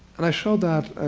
and i showed that,